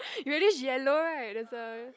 reddish yellow right there's a